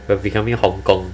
we're becoming hong-kong